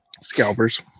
Scalpers